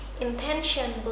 intention